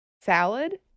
salad